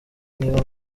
niba